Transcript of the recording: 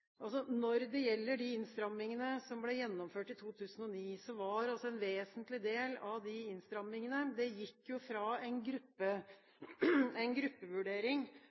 Når det gjelder de innstrammingene som ble gjennomført i 2009, var det slik at en vesentlig del av dem gikk fra å ha en gruppevurdering